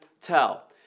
tell